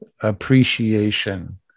appreciation